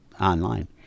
online